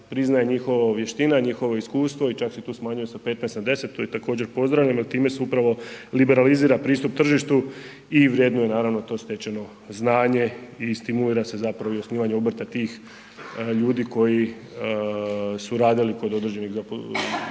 priznaje njihova vještina, njihovo iskustvo i čak se tu smanjuje sa 15 na 10, to i također pozdravljam jer time se upravo liberalizira pristup tržištu i vrednuje naravno to stečeno znanje i stimulira se zapravo i osnivanje obrta tih ljudi koji su radili kod određenih poslodavaca,